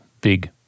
big